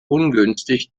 ungünstig